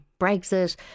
Brexit